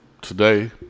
Today